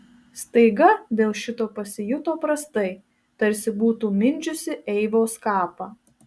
staiga dėl šito pasijuto prastai tarsi būtų mindžiusi eivos kapą